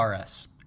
RS